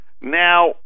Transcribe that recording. Now